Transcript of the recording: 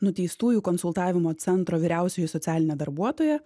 nuteistųjų konsultavimo centro vyriausioji socialinė darbuotoja